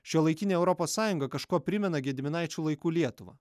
šiuolaikinė europos sąjunga kažkuo primena gediminaičių laikų lietuvą